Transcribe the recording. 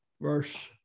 verse